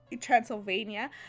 Transylvania